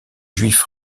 juifs